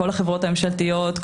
כל החברות הממשלתיות,